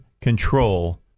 control